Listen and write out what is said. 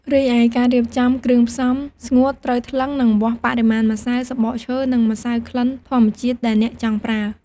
រីឯការរៀបចំគ្រឿងផ្សំស្ងួត ត្រូវថ្លឹង និងវាស់បរិមាណម្សៅសំបកឈើនិងម្សៅក្លិនធម្មជាតិដែលអ្នកចង់ប្រើ។